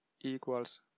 equals